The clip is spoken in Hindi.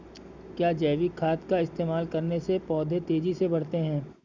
क्या जैविक खाद का इस्तेमाल करने से पौधे तेजी से बढ़ते हैं?